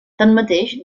tanmateix